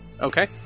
Okay